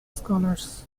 scholars